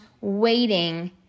waiting